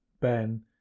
Ben